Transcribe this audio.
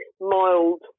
mild